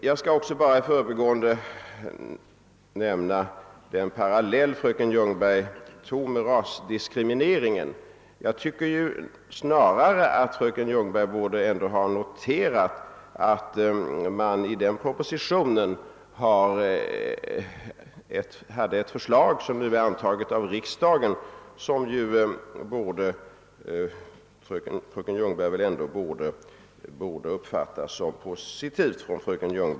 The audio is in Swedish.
Jag skall bara i förbigående nämna den parallell fröken Ljungberg drog med rasdiskrimineringen. Fröken Ljungberg borde väl från sin utgångspunkt snarare ha uppfattat förslaget i den propositionen, som nu antagits av riksdagen, som positivt.